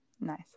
Nice